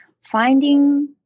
finding